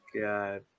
God